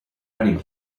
hiding